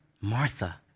Martha